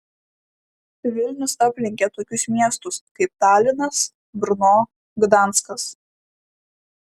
vilnius aplenkė tokius miestus kaip talinas brno gdanskas